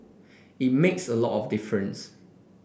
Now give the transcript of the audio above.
it makes a lot of difference